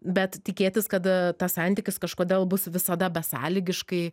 bet tikėtis kad tas santykis kažkodėl bus visada besąlygiškai